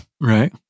Right